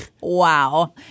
Wow